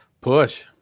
Push